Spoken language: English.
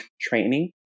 training